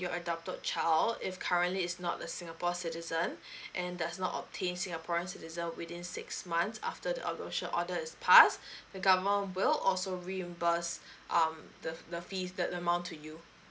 your adopted child is currently is not a singapore citizen and does not obtain singaporean citizen within six months after the adoption order has passed the government will also reimburse um the the fees that amount to you